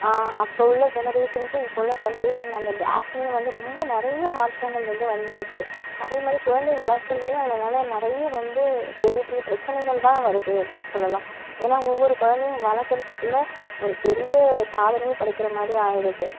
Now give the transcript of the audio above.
அப்போ உள்ள ஜெனரேஷனுக்கும் இப்போ உள்ள ஜென்ரேஷன் அந்த கேப்புமே வந்து ரொம்ப நிறைய மாற்றங்கள் வந்து வந்து இருக்கு அதேமாதிரி குழந்தை வளரக்குறதுலியும் அதனால் நிறைய வந்து பெரிய பெரிய பிரச்சனைகள் தான் வருது அப்படீன்னு சொல்லலாம் ஏன்னா ஒவ்வொரு குழந்தையும் வளர்க்குறதுக்குள்ள ஒரு பெரிய சாதனையே படைக்கிற மாதிரி ஆகிவிடுது